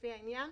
לפי העניין.